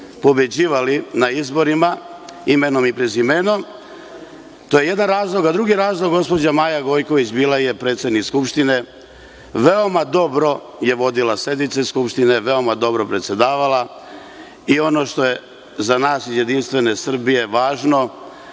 pobeđivali na izborima, imenom i prezimenom, to je jedan razlog. Drugi razlog, gospođa Maja Gojković bila je predsednik Skupštine, veoma dobro je vodila sednice Skupštine, veoma dobro predsedavala i ono što je za nas iz JS važno,